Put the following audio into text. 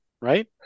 right